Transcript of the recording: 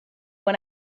when